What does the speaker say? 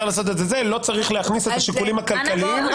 לא צריך להכניס את השיקולים הכלכליים.